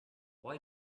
why